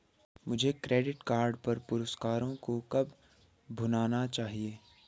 मुझे credit card पर पुरस्कारों को कब भुनाना चाहिए?